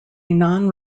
non